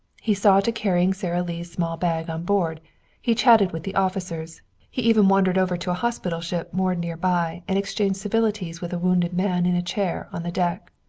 he saw to carrying sara lee's small bag on board he chatted with the officers he even wandered over to a hospital ship moored near by and exchanged civilities with a wounded man in a chair on the deck.